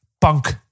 punk